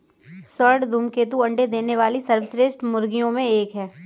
स्वर्ण धूमकेतु अंडे देने वाली सर्वश्रेष्ठ मुर्गियों में एक है